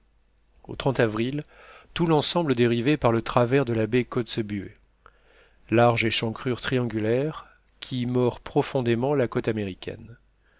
au avril tout l'ensemble dérivait par le travers de la baie kotzebue large échancrure triangulaire qui mord profondément la côte américaine